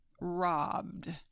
robbed